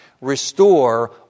Restore